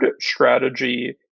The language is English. strategy